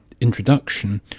introduction